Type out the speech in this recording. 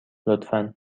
لطفا